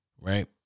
right